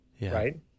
right